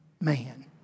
man